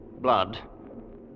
Blood